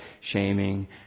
Shaming